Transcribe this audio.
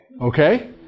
Okay